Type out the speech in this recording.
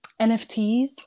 NFTs